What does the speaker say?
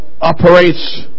operates